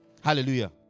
Hallelujah